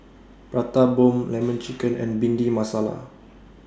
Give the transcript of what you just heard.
Prata Bomb Lemon Chicken and Bhindi Masala